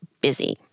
busy